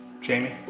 Jamie